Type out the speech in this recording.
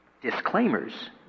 disclaimers